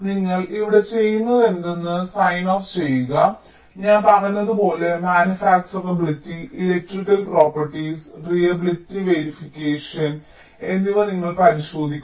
നിങ്ങൾ ഇവിടെ ചെയ്യുന്നതെന്തെന്ന് സൈൻ ഓഫ് ചെയ്യുക ഞാൻ പറഞ്ഞതുപോലെ manufacturability electrical properties reliability verification എന്നിവ നിങ്ങൾ പരിശോധിക്കുന്നു